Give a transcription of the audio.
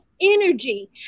energy